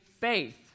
faith